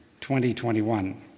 2021